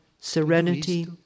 serenity